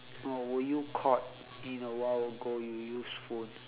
oh were you caught in awhile ago you use phone